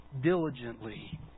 diligently